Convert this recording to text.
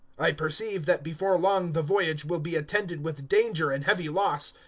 i perceive that before long the voyage will be attended with danger and heavy loss,